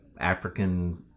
African